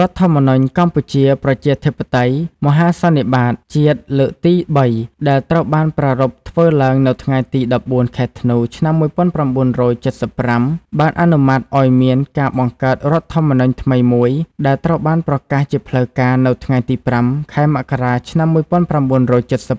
រដ្ឋធម្មនុញ្ញកម្ពុជាប្រជាធិបតេយ្យមហាសន្និបាតជាតិលើកទី៣ដែលត្រូវបានប្រារព្ធធ្វើឡើងនៅថ្ងៃទី១៤ ខែធ្នូ ឆ្នាំ១៩៧៥ បានអនុម័តឱ្យមានការ បង្កើតរដ្ឋធម្មនុញ្ញថ្មីមួយដែលត្រូវបានប្រកាសជាផ្លូវការនៅ ថ្ងៃទី៥ ខែមករា ឆ្នាំ១៩